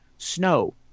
Snow